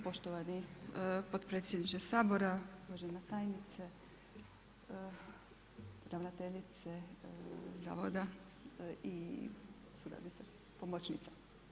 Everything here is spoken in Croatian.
Poštovani podpredsjedniče Sabora, uvažena tajnice, ravnateljice zavoda i suradnice, pomoćnice.